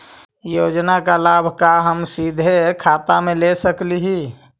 योजना का लाभ का हम सीधे खाता में ले सकली ही?